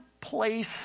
place